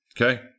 okay